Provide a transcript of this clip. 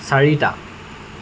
চাৰিটা